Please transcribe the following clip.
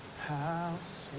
pass